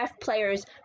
players